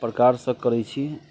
प्रकारसँ करैत छी